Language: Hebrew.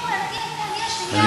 היא אומרת: יש לי 100 מיליון שקל.